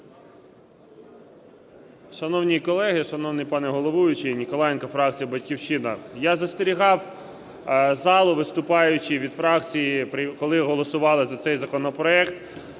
Шановні колеги, шановний пане головуючий! Ніколаєнко, фракція "Батьківщина". Я застерігав залу, виступаючи від фракції, коли голосували за цей законопроект,